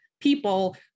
people